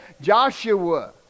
Joshua